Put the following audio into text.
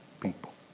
people